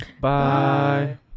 bye